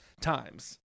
times